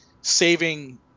saving